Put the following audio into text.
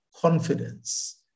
confidence